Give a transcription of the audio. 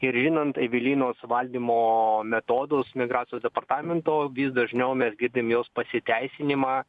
ir žinant evelinos valdymo metodus migracijos departamento vis dažniau mes girdim jos pasiteisinimą